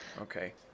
okay